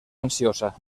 ansiosa